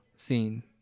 Scene